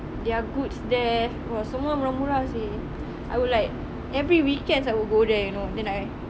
their goods there !wah! semua murah murah seh I would like every weekends I would go there you know then I